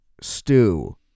stew